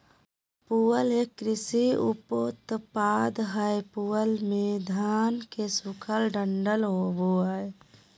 पुआल एक कृषि उपोत्पाद हय पुआल मे धान के सूखल डंठल होवो हय